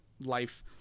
life